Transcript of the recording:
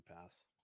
pass